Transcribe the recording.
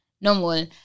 normal